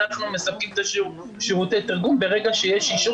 אנחנו מספקים את שירותי התרגום ברגע שיש אישור